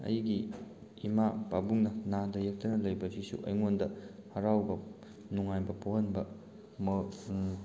ꯑꯩꯒꯤ ꯏꯃꯥ ꯄꯥꯕꯨꯡꯅ ꯅꯥꯗ ꯌꯦꯛꯇꯅ ꯂꯩꯕ ꯑꯁꯤꯁꯨ ꯑꯩꯉꯣꯟꯗ ꯍꯔꯥꯎꯕ ꯅꯨꯡꯉꯥꯏꯕ ꯄꯣꯛꯍꯟꯕ